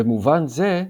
במובן זה,